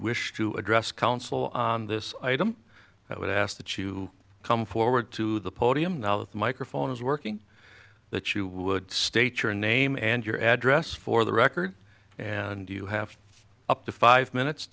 wish to address council on this item i would ask that you come forward to the podium now with microphones working that you would state your name and your address for the record and you have up to five minutes